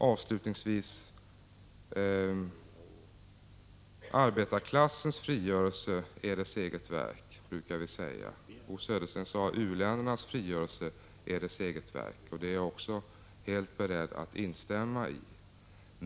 Avslutningsvis: Arbetarklassens frigörelse är dess eget verk, brukar vi säga. Bo Södersten sade att u-ländernas frigörelse är deras eget verk. Det är jag också helt beredd att instämma i.